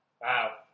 Wow